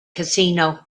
casino